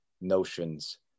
notions